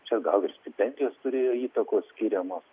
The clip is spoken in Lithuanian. čia gal ir stipendijos turėjo įtakos skiriamos